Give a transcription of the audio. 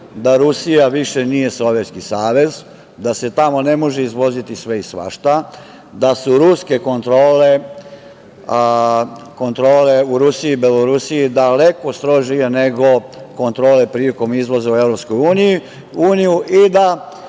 da Rusija više nije Sovjetski Savez, da se tamo ne može izvoziti sve i svašta, da su ruske kontrole, kontrole u Rusiji, Belorusiji daleko strožije nego kontrole prilikom izvoza u EU i da